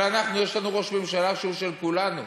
אבל אנחנו, יש לנו ראש ממשלה שהוא של כולנו,